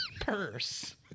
purse